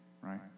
Right